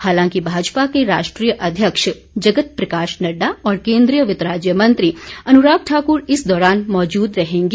हालांकि भाजपा के राष्ट्रीय अध्यक्ष जगत प्रकाश नड्डा और केन्द्रीय वित्त राज्य मंत्री अनुराग ठाकुर इस दौरान मौजूद रहेंगे